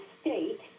state